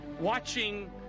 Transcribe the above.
watching